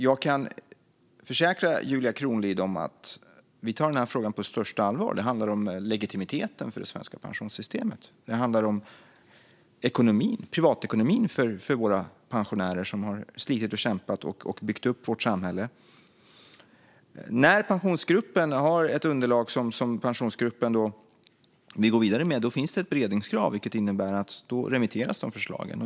Jag kan försäkra Julia Kronlid om att vi tar den här frågan på största allvar. Det handlar om legitimiteten för det svenska pensionssystemet. Det handlar om privatekonomin för våra pensionärer som har slitit, kämpat och byggt upp vårt samhälle. När Pensionsgruppen har ett underlag som den vill gå vidare med finns ett beredningskrav. Det innebär att då remitteras de förslagen.